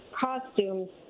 costumes